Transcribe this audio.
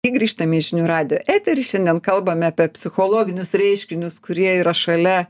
grįžtame į žinių radijo eterį šiandien kalbame apie psichologinius reiškinius kurie yra šalia